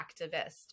activist